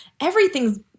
everything's